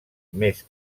més